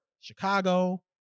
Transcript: Chicago